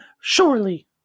surely